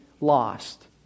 lost